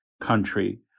country